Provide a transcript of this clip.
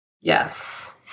yes